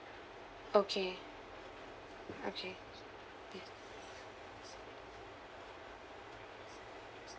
okay okay ya